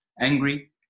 angry